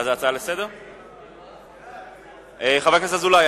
חבר הכנסת אזולאי,